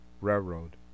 Railroad